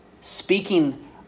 speaking